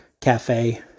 cafe